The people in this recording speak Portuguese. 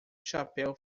chapéu